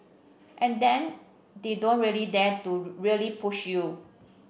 and then they don't really dare to really push you